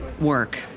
work